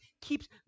keeps